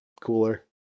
cooler